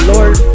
Lord